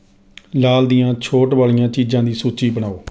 ਲਾਲ ਦੀਆਂ ਛੋਟ ਵਾਲੀਆਂ ਚੀਜ਼ਾਂ ਦੀ ਸੂਚੀ ਬਣਾਓ